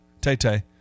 Tay-Tay